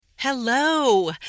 Hello